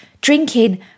drinking